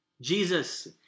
Jesus